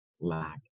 lack